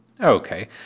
okay